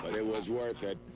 it was worth it.